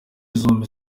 zombi